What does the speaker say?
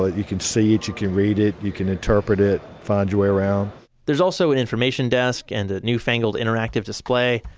ah you can see it, you can read it. you can interpret it, find your way around there's also an information desk and a new-fangled interactive display.